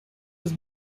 was